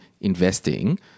investing